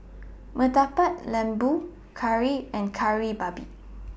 Murtabak Lembu Curry and Kari Babi